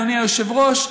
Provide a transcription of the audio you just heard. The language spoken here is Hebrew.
אדוני היושב-ראש,